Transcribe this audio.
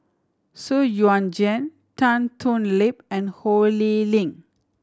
Xu Yuan Zhen Tan Thoon Lip and Ho Lee Ling